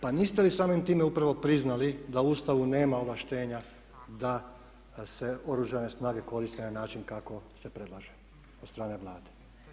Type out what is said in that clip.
Pa niste li samim time upravo priznali da u Ustavu nema ovlaštenja da se Oružane snage koriste na način kako se predlaže od strane Vlade?